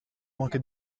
manqué